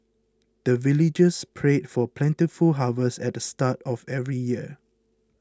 the villagers pray for plentiful harvest at the start of every year